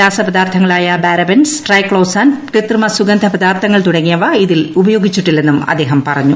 രാസപദാർത്ഥങ്ങളായ parabens triclosan കൃത്രിമ സുഗന്ധ പദാർത്ഥങ്ങൾ തുടങ്ങിയവ ഇതിൽ ഉപയോഗിച്ചിട്ടില്ലെന്നും അദ്ദേഹം പറഞ്ഞു